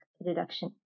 reduction